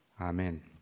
Amen